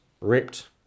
ripped